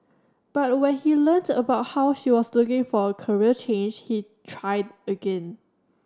but when he learnt about how she was looking for a career change he tried again